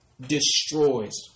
destroys